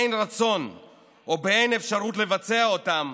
באין רצון או באין אפשרות לבצע אותם,